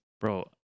bro